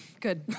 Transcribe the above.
good